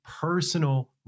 personal